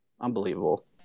Unbelievable